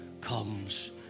comes